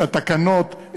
את התקנות,